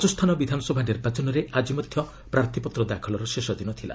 ରାଜସ୍ଥାନ ବିଧାନସଭା ନିର୍ବାଚନରେ ଆଜି ମଧ୍ୟ ପ୍ରାର୍ଥୀପତ୍ର ଦାଖଲର ଶେଷ ଦିନ ଥିଲା